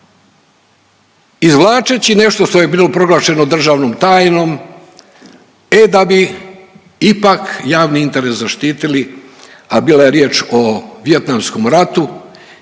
izvlačeći nešto što je bilo proglašeno državnom tajnom, e da bi ipak javni interes zaštitili a bila je riječ o Vijetnamskom ratu